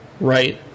right